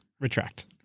Retract